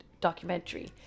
documentary